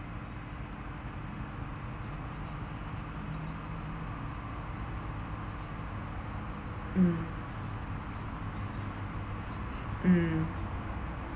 mm mm